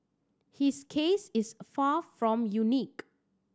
his case is far from unique